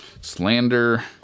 Slander